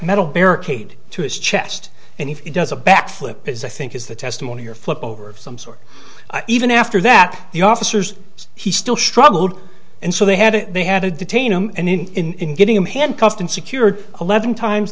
metal barricade to his chest and he does a back flip is i think is the testimony or flip over of some sort even after that the officers he still struggled and so they had they had to detain him and in getting him handcuffed and secured eleven times